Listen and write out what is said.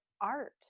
art